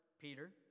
Peter